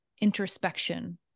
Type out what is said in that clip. introspection